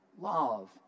love